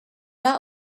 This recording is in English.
not